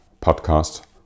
podcast